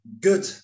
good